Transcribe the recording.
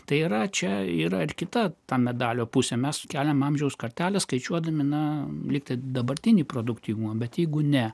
tai yra čia yra ir kitą medalio pusę mes keliam amžiaus kartelę skaičiuodami na likti dabartinį produktyvumą bet jeigu ne